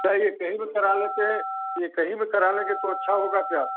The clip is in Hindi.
क्या यह कहीं भी करा लेते हैं यह कहीं भी करा लेंगे तो अच्छा होगा क्या